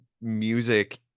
music